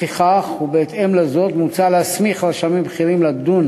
לפיכך ובהתאם לזאת מוצע להסמיך רשמים בכירים לדון